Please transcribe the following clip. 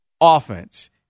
offense